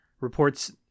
reports